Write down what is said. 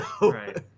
Right